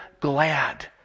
glad